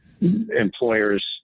employers